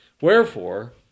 Wherefore